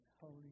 holy